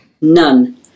None